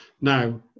Now